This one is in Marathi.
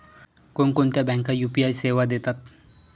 कोणकोणत्या बँका यू.पी.आय सेवा देतात?